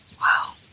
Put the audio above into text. wow